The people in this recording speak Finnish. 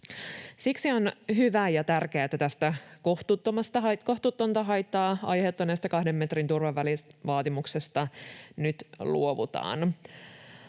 Siksi on hyvä ja tärkeää, että tästä kohtuutonta haittaa aiheuttaneesta kahden metrin turvavälivaatimuksesta nyt luovutaan.